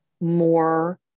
more